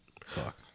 Fuck